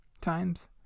times